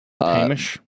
Hamish